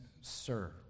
sir